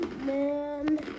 man